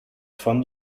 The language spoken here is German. von